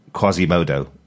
Quasimodo